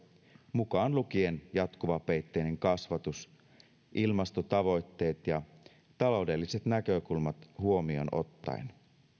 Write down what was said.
mukaan lukien jatkuvapeitteinen kasvatus ilmastotavoitteet ja taloudelliset näkökulmat huomioon ottaen